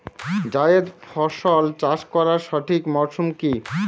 জায়েদ ফসল চাষ করার সঠিক মরশুম কি?